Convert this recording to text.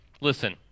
listen